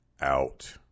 out